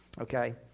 Okay